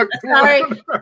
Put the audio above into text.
Sorry